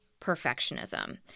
perfectionism